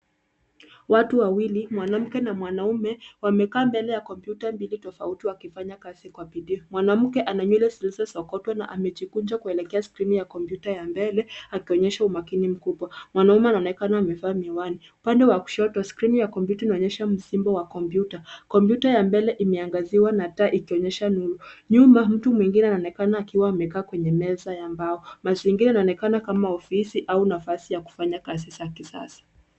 Watu wawili, mwanamke na mwanaume wamekaa mbele ya kompyuta mbili tofauti wakifanya kazi kwa bidii. Mwanamke ana nywele zilizosokotwa na amejikunja kuelekea skrini ya kompyuta ya mbele akionyesha umakini mkubwa. Mwanaume anaonekana amevaa miwani. Upande wa kushoto skrini ya kompyuta inaonyesha msimbo wa kompyuta. Kompyuta ya mbele imeangaziwa na taa ikionyesha. Nyuma mtu mwingine anaonekana akiwa amekaa kwenye meza ya mbao. Mazingira yanaonekana kama ofisi au nafasi ya kufanya kazi za kisasa.